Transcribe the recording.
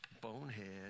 bonehead